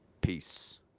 peace